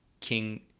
King